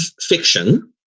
fiction